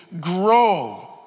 grow